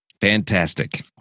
Fantastic